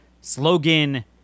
Slogan